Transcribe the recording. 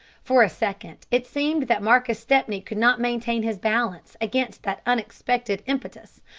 for a second it seemed that marcus stepney could not maintain his balance against that unexpected impetus,